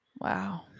Wow